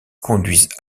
conduisent